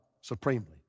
supremely